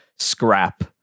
scrap